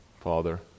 Father